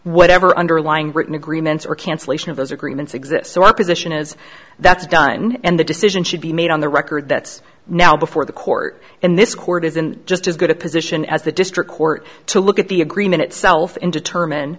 whatever underlying written agreements or cancellation of those agreements exist so our position is that's done and the decision should be made on the record that's now before the court and this court is in just as good a position as the district court to look at the agreement itself in determine